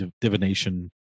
divination